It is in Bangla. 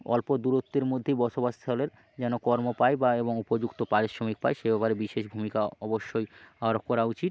অল্প দূরত্বের মধ্যেই বসবাস স্থলের যেন কর্ম পায় বা এবং উপযুক্ত পারিশ্রমিক পায় সে ব্যাপারে বিশেষ ভূমিকা অবশ্যই আরোপ করা উচিত